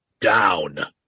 down